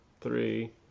three